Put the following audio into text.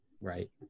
right